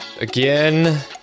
again